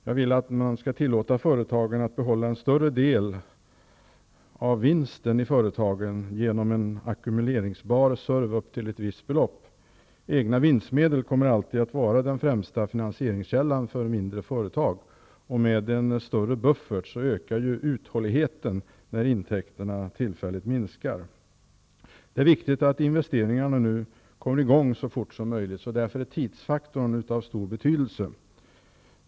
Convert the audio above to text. Jag vill att man skall tillåta företagen att behålla en större del av vinsten i företagen genom en ackumuleringsbar surv upp till ett visst belopp. Egna vinstmedel kommer alltid att vara den främsta finanseringskällan för mindre företag, och med en större buffert ökar ju uthålligheten, när intäkterna tillfälligt minskar. Det är viktigt att investeringarna nu kommer i gång så fort som möjligt, så därför är tidsfaktorn av stor betydelse.